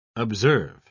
Observe